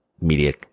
media